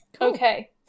Okay